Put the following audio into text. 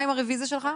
מה עם הרביזיה שלך?